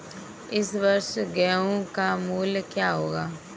इस वर्ष गेहूँ का मूल्य क्या रहेगा?